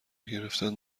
گرفتن